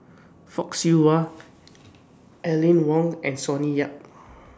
Fock Siew Wah Aline Wong and Sonny Yap